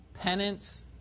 penance